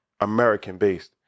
American-based